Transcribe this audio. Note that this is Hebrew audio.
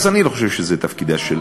אז אני לא חושב שזה תפקידה של,